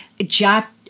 Jack